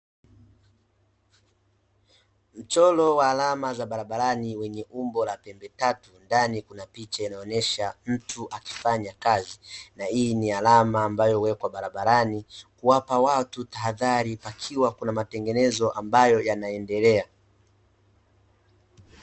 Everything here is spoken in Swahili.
Mchoro wa alama za barabarani wenye umbo la pembe tatu, ndani kuna picha ya mtu akifanya kazi na hii ni alama ambayo huwekwa barabarani, kuwapa watu tahadhari pakiwa kuna matengenezo ambayo yanaendelea.